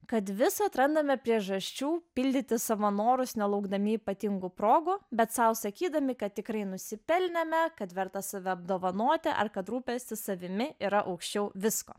kad vis atrandame priežasčių pildyti savo norus nelaukdami ypatingų progų bet sau sakydami kad tikrai nusipelnėme kad verta save apdovanoti ar kad rūpestis savimi yra aukščiau visko